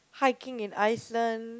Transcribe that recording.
hiking in Iceland